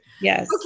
Yes